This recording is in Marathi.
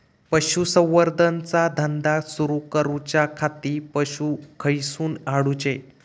पशुसंवर्धन चा धंदा सुरू करूच्या खाती पशू खईसून हाडूचे?